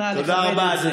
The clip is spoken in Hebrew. אנא, לכבד את זה.